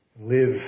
Live